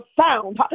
sound